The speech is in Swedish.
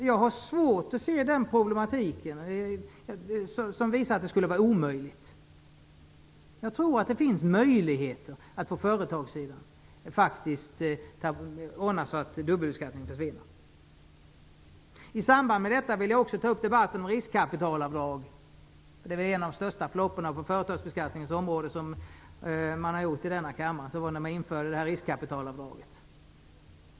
Jag har svårt att se problemen eller att det skulle vara omöjligt. Jag tror att det finns möjligheter att ordna så att dubbelbeskattningen försvinner på företagssidan. I samband med detta vill jag också ta upp riskkapitalavdraget. En av de största flopparna på företagsbeskattningens område som denna kammare har gjort var att införa riskkapitalavdraget.